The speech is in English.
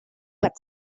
but